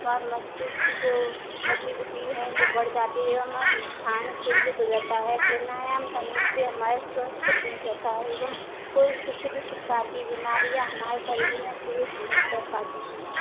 व मस्तिष्क की जो गतिविधि हैं वो बढ़ जाती है एवं ध्यान केंद्रित हो जाता है प्रणायाम करने से हमारे स्वस्थ ठीक रहता है एवं कोई भी किसी भी प्रकार की बीमारियाँ हमारे शरीर में प्रवेश नहीं कर पाती हैं